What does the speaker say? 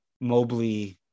Mobley